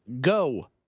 Go